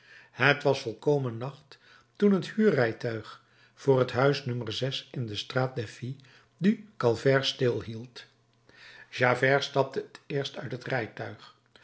het was volkomen nacht toen het huurrijtuig voor het huis no in de straat des filles du calvaire stilhield javert stapte het eerst uit het rijtuig